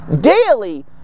daily